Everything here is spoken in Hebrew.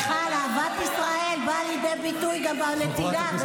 מדינת ישראל חשובה לי בדיוק כמו שלך.